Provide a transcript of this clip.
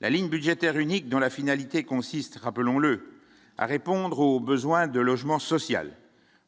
La ligne budgétaire unique dont la finalité consiste, rappelons-le, à répondre aux besoins de logement social